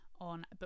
on